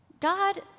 God